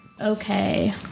Okay